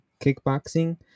kickboxing